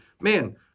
man